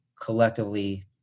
collectively